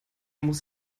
muss